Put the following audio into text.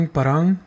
Parang